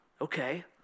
Okay